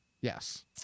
yes